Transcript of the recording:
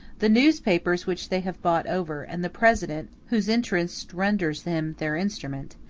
the newspapers which they have bought over, and the president, whose interest renders him their instrument,